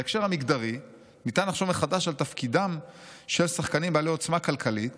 בהקשר המגדרי ניתן לחשוב מחדש על תפקידם של שחקנים בעלי עוצמה כלכלית